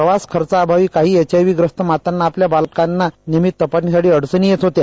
प्रवास खर्चाअभावी काही एचआयव्हीप्रस्त मातांना आपल्या बालाकांच्या नियमीत तपासणीसाठी अडचणी येत होत्या